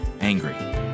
angry